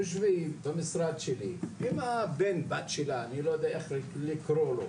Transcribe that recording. יושבים במשרד שלי והיא באה עם בן או בת שלה אני לא יודע איך לקרוא לו,